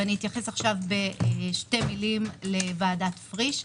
אתייחס בשתי מילים לוועדת פריש.